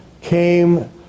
came